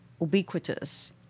ubiquitous